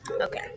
Okay